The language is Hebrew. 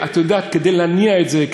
את יודעת שכדי להניע את זה,